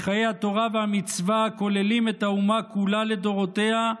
מחיי התורה והמצווה הכוללים את האומה כולה לדורותיה,